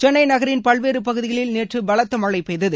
சென்னை நகரின் பல்வேறு பகுதிகளில் நேற்று பலத்த மழை பெய்தது